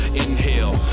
inhale